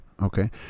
Okay